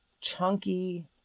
chunky